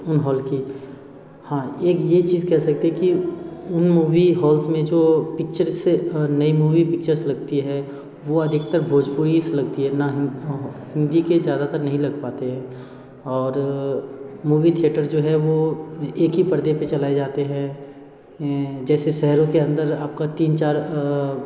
उन हॉल की हाँ एक ये चीज़ कह सकते हैं कि उन मूवी हॉल्स में जो पिक्चर्स नई मूवी पिक्चर्स लगती हैं वो अधिकतर भोजपुरी लगती है ना ही हिंदी के ज़्यादातर नहीं लग पाते हैं और मूवी थिएटर जो है वो एक ही परदे पर चलाए जाते हैं जैसे शहरों के अन्दर आपका तीन चार